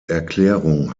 erklärung